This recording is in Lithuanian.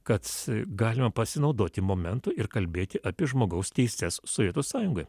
kad galima pasinaudoti momentu ir kalbėti apie žmogaus teises sovietų sąjungoj